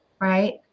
right